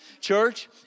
Church